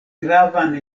gravan